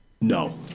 No